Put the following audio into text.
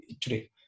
today